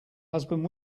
husband